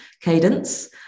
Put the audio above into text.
cadence